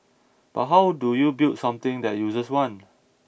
but how do you build something that users want